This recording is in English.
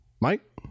Mike